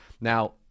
Now